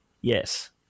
Yes